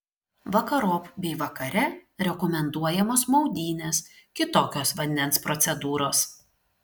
vakarop bei vakare rekomenduojamos maudynės kitokios vandens procedūros